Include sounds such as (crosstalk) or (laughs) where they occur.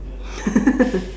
(laughs)